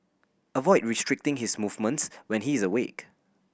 avoid restricting his movements when he is awake